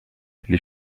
les